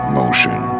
motion